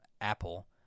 Apple